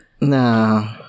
No